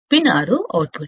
pin 6 output